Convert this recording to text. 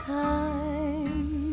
time